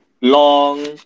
long